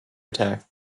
attack